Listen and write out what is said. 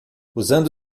usando